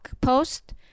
post